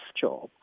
job